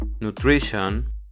Nutrition